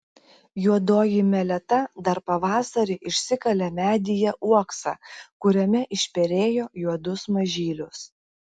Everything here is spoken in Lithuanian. juodoji meleta dar pavasarį išsikalė medyje uoksą kuriame išperėjo juodus mažylius